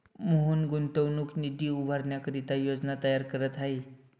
मोहन गुंतवणूक निधी उभारण्याकरिता योजना तयार करत आहे